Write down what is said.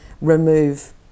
remove